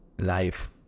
life